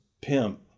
pimp